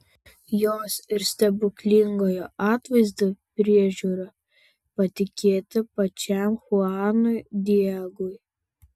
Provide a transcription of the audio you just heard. jos ir stebuklingojo atvaizdo priežiūra patikėta pačiam chuanui diegui